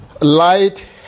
Light